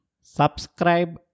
Subscribe